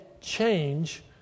change